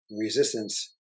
Resistance